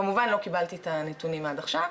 כמובן לא קיבלתי את הנתונים עד עכשיו.